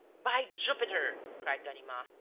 by jupiter! cried ganimard.